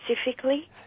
specifically